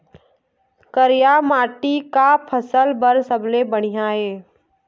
करिया माटी का फसल बर सबले बढ़िया ये?